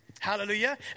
Hallelujah